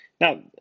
Now